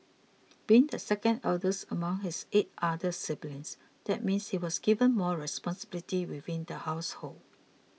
being the second eldest among his eight other siblings that meant he was given more responsibilities within the household